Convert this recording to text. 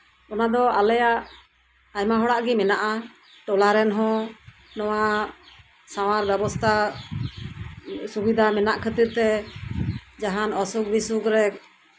ᱚᱱᱟ ᱫᱚ ᱟᱞᱮᱭᱟᱜ ᱟᱭᱢᱟ ᱦᱚᱲᱟᱜ ᱜᱮ ᱢᱮᱱᱟᱜᱼᱟ ᱴᱚᱞᱟᱨᱮᱱ ᱦᱚᱸ ᱱᱚᱣᱟ ᱥᱟᱶᱟᱨ ᱵᱮᱵᱚᱥᱛᱷᱟ ᱥᱩᱵᱤᱫᱷᱟ ᱢᱮᱱᱟᱜ ᱠᱷᱟᱹᱛᱤᱨ ᱛᱮ ᱡᱟᱦᱟᱱ ᱚᱥᱩᱠ ᱵᱤᱥᱩᱠᱷᱨᱮ